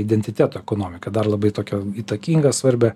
identiteto ekonomika dar labai tokią įtakinga svarbią